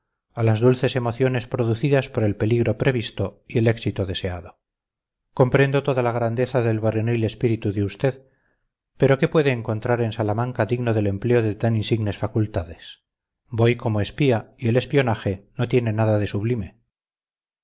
a las dulces emociones producidas por el peligro previsto y el éxito deseado comprendo toda la grandeza del varonil espíritu de usted pero qué puede encontrar en salamanca digno del empleo de tan insignes facultades voy como espía y el espionaje no tiene nada de sublime